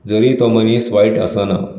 जरी तो मनीस वायट आसाना